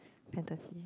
fantasy